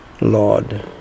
Lord